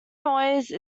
noise